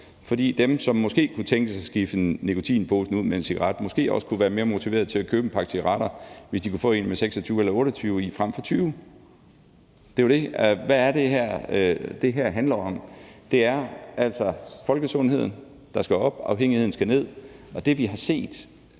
fordi dem, som måske kunne tænkes at skifte nikotinposen ud med en cigaret, måske også kunne være mere motiveret til at købe en pakke cigaretter, hvis de kunne få en med 26 eller 28 i frem for 20. Hvad er det, det her handler om? Det er jo altså, at folkesundheden skal op og afhængigheden skal ned. Og hvorfor er det,